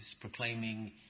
proclaiming